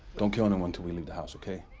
don't kill no one til we leave the house, okay?